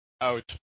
Ouch